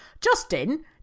Justin